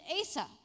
Asa